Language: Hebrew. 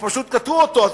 פשוט קטעו אותו אז,